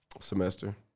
Semester